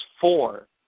four